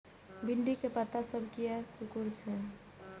भिंडी के पत्ता सब किया सुकूरे छे?